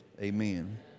Amen